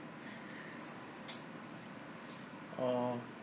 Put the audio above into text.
oh